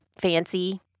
fancy